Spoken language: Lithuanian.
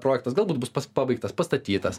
projektas galbūt bus pabaigtas pastatytas